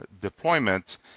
deployment